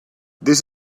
this